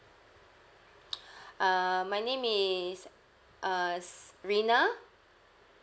err my name is uh err s~ rina